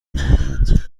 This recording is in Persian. آمادهاند